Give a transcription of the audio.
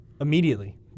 immediately